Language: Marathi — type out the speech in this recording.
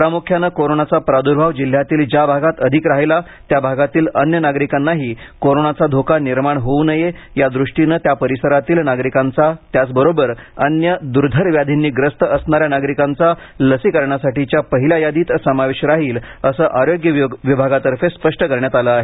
प्रामुख्यानं कोरोनाचा प्रादुर्भाव जिल्ह्यातील ज्या भागात अधिक राहिला त्या भागातील अन्य नागरिकांनाही कोरोनाचा धोका निर्माण होऊ नये यादृष्टीनं त्या परिसरातील नागरिकांचा त्याचबरोबर अन्य दुर्धर व्याधींनी ग्रस्त असणाऱ्या नागरिकांचा लसीकरणासाठीच्या पहिल्या यादीत समावेश राहील असं आरोग्य विभागातर्फे स्पष्ट करण्यात आलं आहे